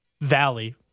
Valley